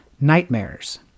nightmares